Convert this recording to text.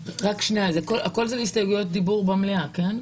הכול זה להסתייגויות דיבור במליאה, נכון?